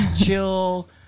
chill